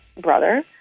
brother